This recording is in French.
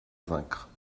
vaincre